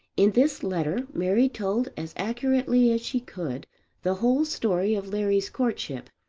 in this letter mary told as accurately as she could the whole story of larry's courtship,